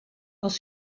els